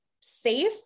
safe